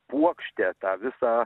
puokštę tą visą